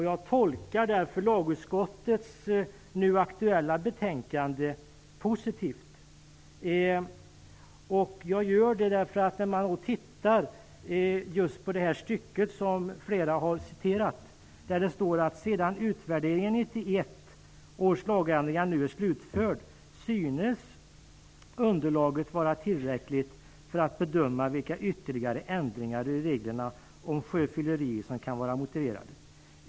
Jag tolkar därför lagutskottets nu aktuella betänkande positivt. Det gör jag efter att ha tittat på det stycke i betänkandet som många har citerat: "Sedan utvärderingen av 1991 års lagändringar nu är slutförd, synes underlaget vara tillräckligt för att bedöma vilka ytterligare ändringar i reglerna om sjöfylleri som kan vara motiverade.